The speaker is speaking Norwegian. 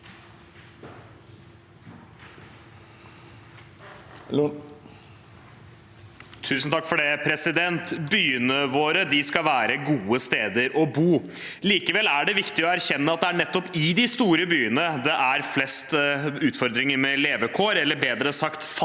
Lund (R) Byene våre skal være gode steder å bo. Likevel er det viktig å erkjenne at det er nettopp i de store byene det er flest utfordringer med levekår – eller bedre sagt